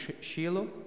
Shiloh